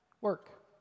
Work